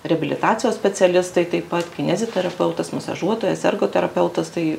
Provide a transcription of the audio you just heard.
reabilitacijos specialistai taip pat kineziterapeutas masažuotojas ergoterapeutas tai